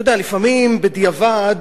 אתה יודע, לפעמים, בדיעבד,